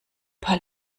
paar